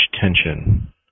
tension